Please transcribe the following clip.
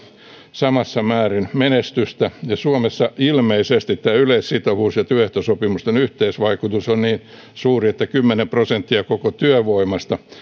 samassa määrin menestystä ja suomessa ilmeisesti tämä yleissitovuus ja työehtosopimusten yhteisvaikutus on niin suuri että kymmenellä prosentilla koko työvoimasta